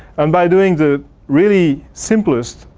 and by doing the really simplest